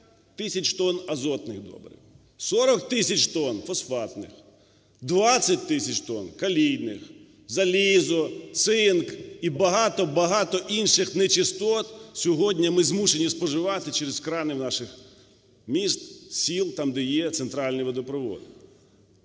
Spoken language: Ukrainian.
50 тисяч тонн азотних добрив, 40 тисяч тонн фосфатних, 20 тисяч тонн калійних, залізо, цинк і багато-багато інших нечистот сьогодні ми змушені споживати через крани наших міст, сіл, там, де є центральний водопровід.